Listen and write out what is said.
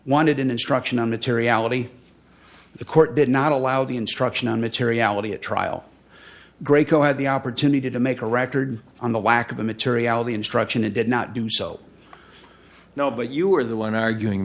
wanted instruction on materiality the court did not allow the instruction on materiality at trial great co had the opportunity to make a record on the lack of a materiality instruction it did not do so now but you are the one arguing